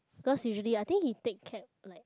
cause usually I think he take cab like